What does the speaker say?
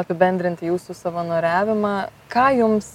apibendrint jūsų savanoriavimą ką jums